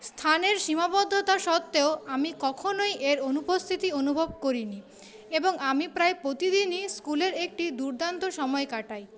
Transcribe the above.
স্থানের সীমাবদ্ধতা সত্ত্বেও আমি কখনই এর অনুপস্থিতি অনুভব করিনি এবং আমি প্রায় প্রতিদিনই স্কুলের একটি দুর্দান্ত সময় কাটাই